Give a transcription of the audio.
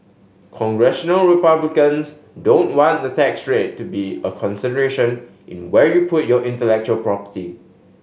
Congressional Republicans don't want the tax rate to be a consideration in where you put your intellectual property